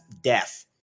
death